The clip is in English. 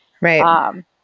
Right